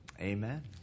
Amen